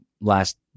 last